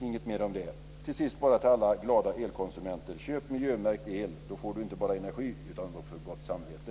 Inget mer om det. Till sist bara en uppmaning till alla glada elkonsumenter: Köp miljömärkt el! Då får ni inte bara energi utan också ett gott samvete.